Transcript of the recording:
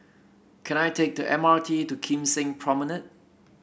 can I take the M R T to Kim Seng Promenade